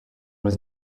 was